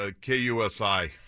KUSI